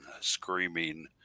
screaming